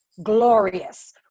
Glorious